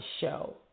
show